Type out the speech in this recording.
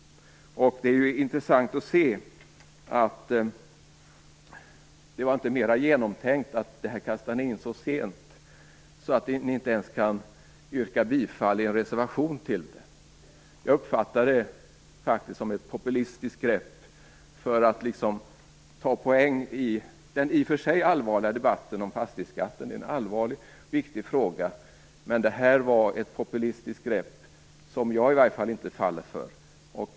Det är intressant att se att förslaget var inte mera genomtänkt än att ni lade fram det så sent att ni inte ens genom en reservation kan yrka bifall till det. Jag uppfattar det som ett populistiskt grepp för att ta poäng i den allvarliga debatten om fastighetsskatten, ett populistiskt grepp som i varje fall jag inte faller för.